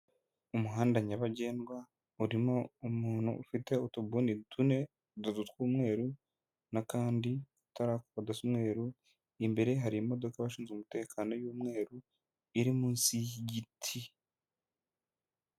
Umuhanda nyabagendwa urimo umuntu ufite utubuni tune, dutatu tw'umweru n'akandi katarakora gasa umweru, imbere hari imodoka y'abashinzwe umutekano y'umweru iri munsi y'igiti.